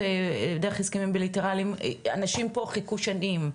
דרך הסכמים בילטראליים אנשים פה חיכו שנים,